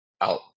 out